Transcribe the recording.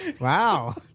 Wow